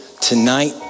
tonight